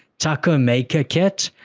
taco maker kit,